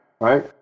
right